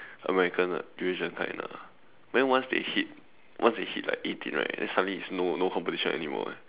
American uh Eurasian kind ah then once they hit once they hit like eighteen right then suddenly it's no no competition anymore eh